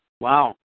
Wow